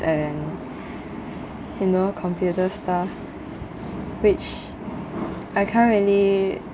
and you know computer stuff which I can't really